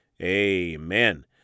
Amen